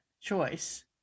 choice